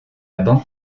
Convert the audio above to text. banque